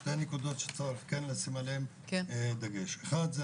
שתי נקודות שצריך לשים עליהן דגש: הראשונה,